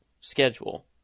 schedule